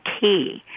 key